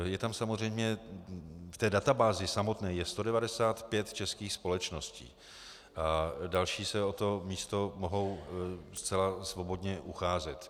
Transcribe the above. Je tam samozřejmě v té databázi samotné 195 českých společností a další se o to místo mohou zcela svobodně ucházet.